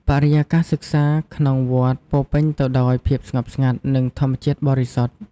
បរិយាកាសសិក្សាក្នុងវត្តពោរពេញទៅដោយភាពស្ងប់ស្ងាត់ និងធម្មជាតិបរិសុទ្ធ។